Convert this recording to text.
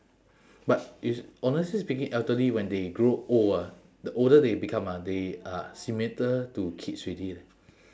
but if honestly speaking elderly when they grow old ah the older they become ah they are similar to kids already leh